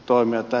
toimme että